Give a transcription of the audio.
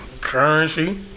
currency